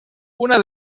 una